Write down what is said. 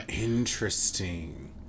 Interesting